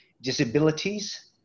disabilities